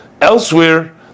elsewhere